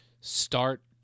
start